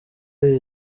ari